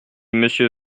monsieur